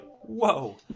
Whoa